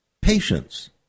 patience